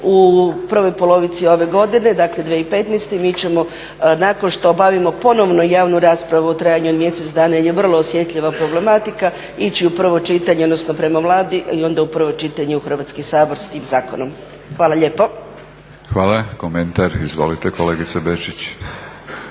u prvoj polovici ove godine, dakle 2015., mi ćemo nakon što obavimo ponovno javnu raspravu u trajanju od mjesec dana jer je vrlo osjetljiva problematika ići u prvo čitanje, odnosno prema Vladi i onda u prvo čitanje u Hrvatski sabor s tim zakonom. Hvala lijepo. **Batinić, Milorad (HNS)** Hvala. Komentar izvolite kolegice Bečić.